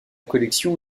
collection